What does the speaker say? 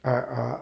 I ah